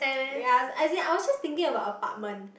ya as in I was just thinking about apartment